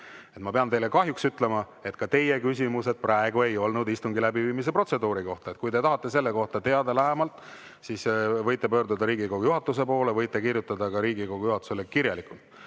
Ma pean teile kahjuks ütlema, et ka teie küsimused praegu ei olnud istungi läbiviimise protseduuri kohta. Kui te tahate selle kohta teada lähemalt, siis võite pöörduda Riigikogu juhatuse poole, võite ka kirjutada Riigikogu juhatusele. Teie küsimused